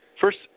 first